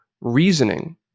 reasoning